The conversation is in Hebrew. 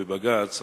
בבג"ץ,